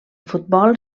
futbol